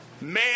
man